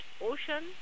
ocean